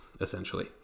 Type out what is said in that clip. essentially